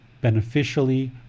beneficially